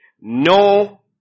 no